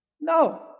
No